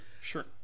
sure